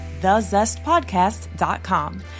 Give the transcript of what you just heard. thezestpodcast.com